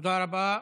תודה רבה.